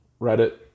Reddit